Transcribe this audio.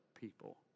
people